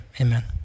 amen